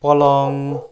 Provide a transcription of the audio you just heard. पलङ